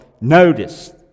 notice